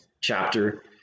chapter